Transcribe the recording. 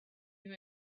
you